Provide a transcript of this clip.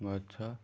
ଗଛ